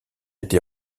été